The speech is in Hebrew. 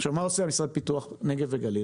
מה עושה המשרד לפיתוח נגב והגליל?